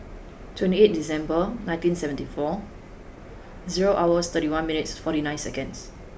twenty eight December nineteen seventy five zero hours thirty one minutes forty nine seconds